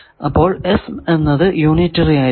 അപ്പോൾ S എന്നത് unitary ആയിരിക്കണം